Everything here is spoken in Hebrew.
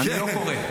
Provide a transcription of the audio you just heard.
אני לא קורא.